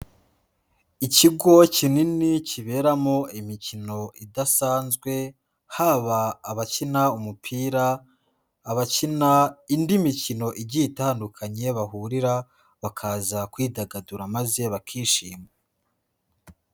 Ikigo kinini kiberamo imikino idasanzwe, haba abakina umupira, abakina indi mikino igiye itandukanye bahurira bakaza kwidagadura maze bakishima.